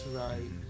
right